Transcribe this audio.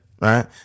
right